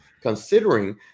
considering